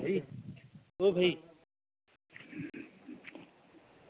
अं